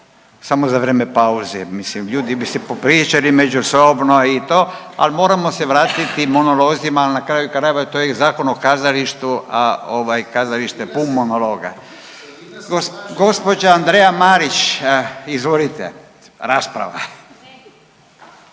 samo za vrijeme pauze, mislim ljudi bi se popričali međusobno i to, ali moramo se vratiti monolozima al na kraju krajeva to je i Zakon o kazalištu, a kazalište pun monologa. Gospođa Andreja Marić izvolite rasprava.